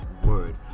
word